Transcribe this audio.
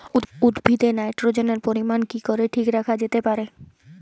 উদ্ভিদে নাইট্রোজেনের পরিমাণ কি করে ঠিক রাখা যেতে পারে?